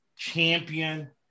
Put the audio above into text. champion